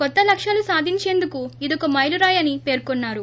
కొత్త లక్ష్యాలు సాధించేందుకు ఇదొక మైలురాయి అని పేర్కొన్నారు